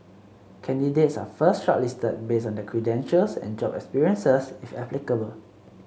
candidates are first shortlisted based on their credentials and job experiences if applicable